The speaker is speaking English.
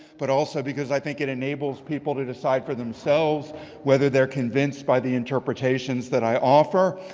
but also because i think it enables people to decide for themselves whether they're convinced by the interpretations that i offer.